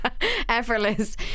effortless